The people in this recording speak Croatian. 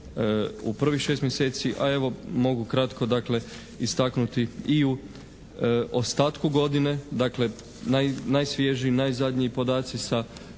u prvih šest mjeseci, a evo mogu kratko dakle istaknuti i u ostatku godine, dakle najsvježiji, najzadnji podaci sa